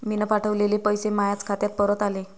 मीन पावठवलेले पैसे मायाच खात्यात परत आले